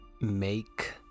make